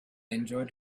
enjoyed